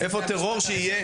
איפה הטרור שיהיה?